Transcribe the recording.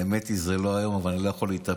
האמת היא שזה לא היום, אבל אני לא יכול להתאפק.